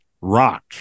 rock